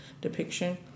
depiction